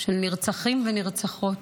של נרצחים ונרצחות,